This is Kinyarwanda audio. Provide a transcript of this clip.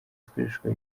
zikoreshwa